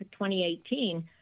2018